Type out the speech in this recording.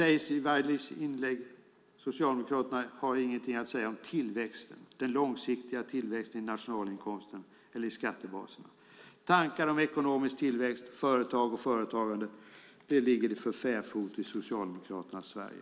I Waidelichs inlägg sägs att Socialdemokraterna inte har någonting att säga om den långsiktiga tillväxten i nationalinkomsten eller i skattebaserna. Tankar om ekonomisk tillväxt, företag och företagande ligger för fäfot i Socialdemokraternas Sverige.